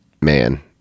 man